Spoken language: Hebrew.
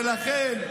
ולכן,